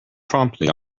promptly